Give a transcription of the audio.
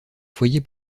foyer